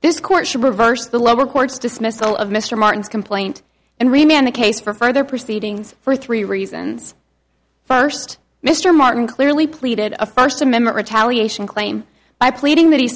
this court should reverse the lower court's dismissal of mr martin's complaint and remain on the case for further proceedings for three reasons first mr martin clearly pleaded a first amendment retaliation claim by pleading that he